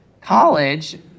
college